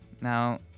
Now